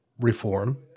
reform